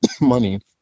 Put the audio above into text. money